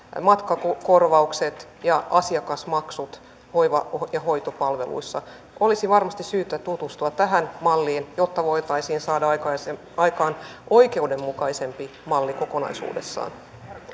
matkakorvaukset että asiakasmaksut hoiva ja hoitopalveluissa olisi varmasti syytä tutustua tähän malliin jotta voitaisiin saada aikaan oikeudenmukaisempi malli kokonaisuudessaan